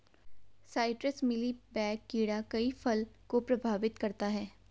citrus mealy bug कीड़ा कई फल को प्रभावित करता है